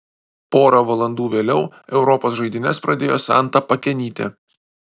pora valandų vėliau europos žaidynes pradėjo santa pakenytė